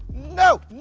no,